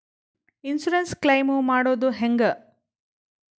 Insurance claim ಮಾಡೋದು ಹೆಂಗ?